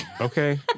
okay